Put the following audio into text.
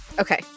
Okay